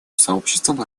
сообществом